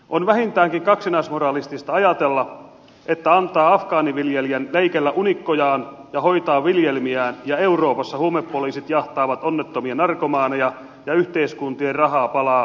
on vähintäänkin kaksinaismoralistista ajatella että antaa afgaaniviljelijän leikellä unikkojaan ja hoitaa viljelmiään ja euroopassa huumepoliisit jahtaavat onnettomia narkomaaneja ja yhteiskuntien rahaa palaa huumeidenvastaisessa taistelussa